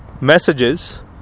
messages